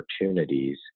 opportunities